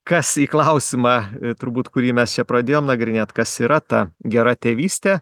kas į klausimą turbūt kurį mes čia pradėjom nagrinėt kas yra ta gera tėvystė